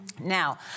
Now